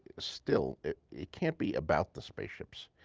still it it can't be about the spaceships,